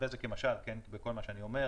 בזק כמשל בכל מה שאני אומר